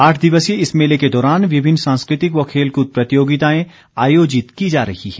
आठ दिवसीय इस मेले के दौरान विभिन्न सांस्कृतिक व खेलकूद प्रतियोगिताएं आयोजित की जा रही हैं